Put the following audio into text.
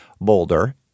Boulder